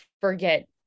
forget